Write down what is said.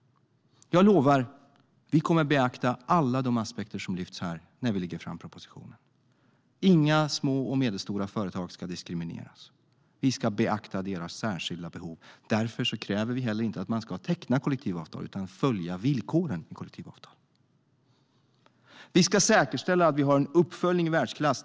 Jag lovar att vi kommer att beakta alla aspekter som lyfts upp här när vi lägger fram propositionen. Inga små och medelstora företag ska diskrimineras. Vi ska beakta deras särskilda behov. Därför kräver vi inte heller att man ska teckna kollektivavtal utan att man ska följa villkoren i kollektivavtalen. Vi ska säkerställa att vi har en uppföljning i världsklass.